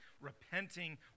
repenting